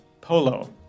polo